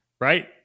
right